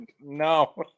No